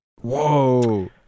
Whoa